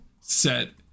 set